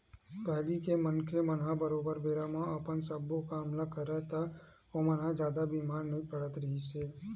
पहिली के मनखे मन ह बरोबर बेरा म अपन सब्बो काम ल करय ता ओमन ह जादा बीमार नइ पड़त रिहिस हे